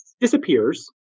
disappears